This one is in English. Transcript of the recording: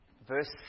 Verse